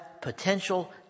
potential